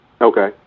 Okay